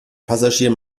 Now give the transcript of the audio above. passagier